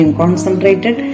concentrated